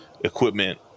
equipment